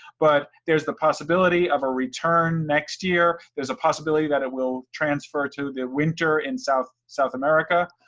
but there's the possibility of a return next year, there's a possibility that it will transfer to the winter in south south america.